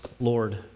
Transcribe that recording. Lord